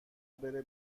بره